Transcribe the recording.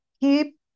keep